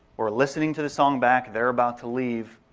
we're listening to the song back, they're about to leave,